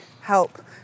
help